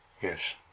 Yes